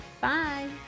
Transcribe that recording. Bye